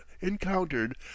encountered